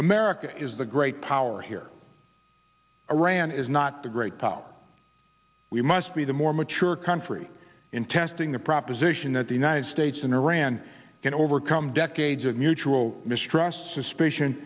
america is the great power here iran is not the great power we must be the more mature country in testing the proposition that the united states and iran can overcome decades of mutual mistrust suspicion